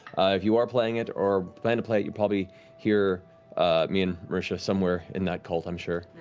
if you are playing it or plan to play it, you'll probably hear me and marisha somewhere in that cult, i'm sure,